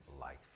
life